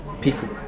people